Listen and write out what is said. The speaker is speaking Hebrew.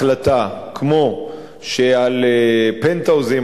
החלטה כמו שעל פנטהאוזים,